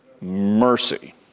Mercy